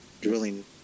drilling